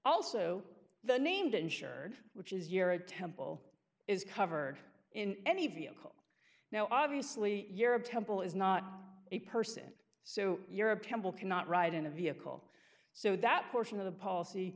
also the named insured which is year at temple is covered in any vehicle now obviously europe temple is not a person so europe temple cannot ride in a vehicle so that portion of the policy